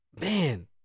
man